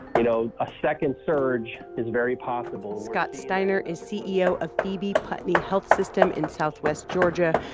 you know, a second surge is very possible scott steiner is ceo of phoebe putney health system in southwest georgia,